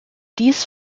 dies